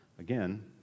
Again